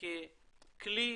ככלי